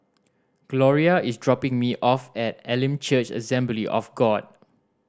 Gloria is dropping me off at Elim Church Assembly of God